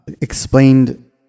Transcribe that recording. explained